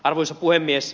arvoisa puhemies